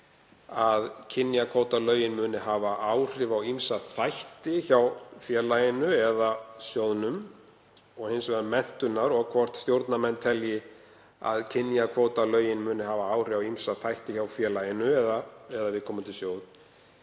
að kynjakvótalögin muni hafa áhrif á ýmsa þætti hjá félaginu eða sjóðnum og hins vegar menntunar og hvort stjórnarmenn telji að kynjakvótalögin muni hafa áhrif á ýmsa þætti hjá félaginu eða viðkomandi sjóði